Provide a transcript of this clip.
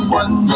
one